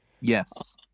Yes